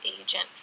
agent